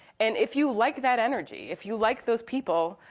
and if you like that energy, if you like those people,